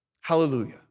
Hallelujah